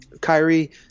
Kyrie